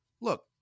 look